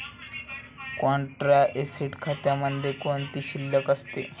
Contra asset खात्यामध्ये कोणती शिल्लक असते?